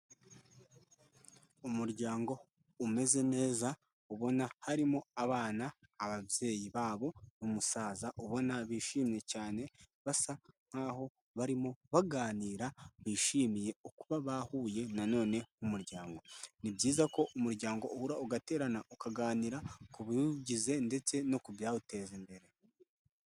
Umuryango umeze neza, ubona harimo abana, ababyeyi babo n'umusaza ubona bishimye cyane, basa nk'aho barimo baganira bishimiye ukuba bahuye nanone nk'umuryango, ni byiza ko umuryango uhura ugaterana, ukaganira ku biwugize ndetse no ku byawuteza imbere.